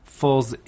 falls